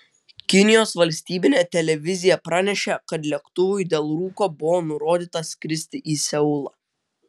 kinijos valstybinė televizija pranešė kad lėktuvui dėl rūko buvo nurodyta skristi į seulą